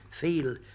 feel